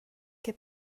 che